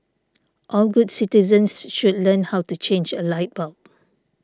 all good citizens should learn how to change a light bulb